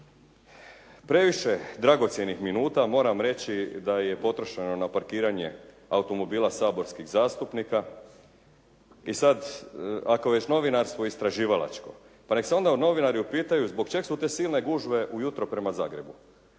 Previše dragocjenih minuta moram reći da je potrošeno na parkiranje automobila saborskih zastupnika i sad ako već novinarsko istraživalačko pa nek se onda novinari upitaju zbog čeg su te silne gužve ujutro prema Zagrebu?